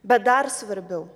bet dar svarbiau